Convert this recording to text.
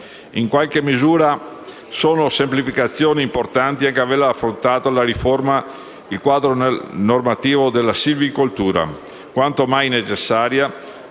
In qualche misura, sono semplificazioni importanti anche l'aver affrontato la riforma del quadro normativo della silvicoltura, quanto mai necessaria,